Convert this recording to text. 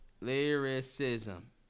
Lyricism